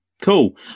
Cool